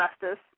justice